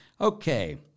Okay